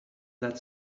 that